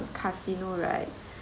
casino right